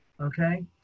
okay